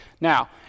Now